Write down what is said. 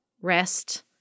rest